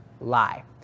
lie